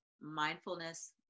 mindfulness